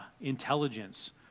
intelligence